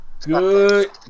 Good